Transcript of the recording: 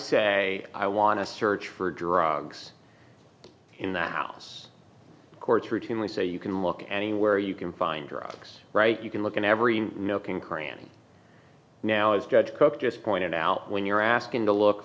say i want to search for drugs in that house courts routinely say you can look at any where you can find drugs right you can look in every nook and cranny now is judge cook just pointed out when you're asking to look